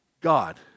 God